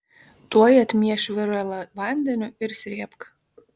tuoj atmieš viralą vandeniu ir srėbk